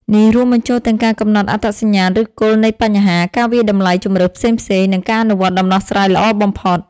នេះរួមបញ្ចូលទាំងការកំណត់អត្តសញ្ញាណឫសគល់នៃបញ្ហា ការវាយតម្លៃជម្រើសផ្សេងៗ និងការអនុវត្តដំណោះស្រាយល្អបំផុត។